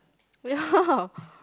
yeah